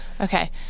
okay